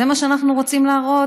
זה מה שאנחנו רוצים להראות,